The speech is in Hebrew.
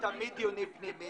תמיד יש דיונים פנימיים.